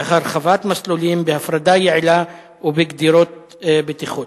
בהרחבת מסלולים, בהפרדה יעילה ובגדרות בטיחות.